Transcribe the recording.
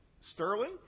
sterling